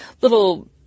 little